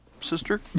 sister